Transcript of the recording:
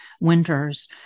Winters